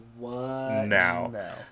now